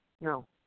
No